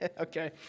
okay